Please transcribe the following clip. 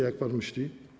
Jak pan myśli?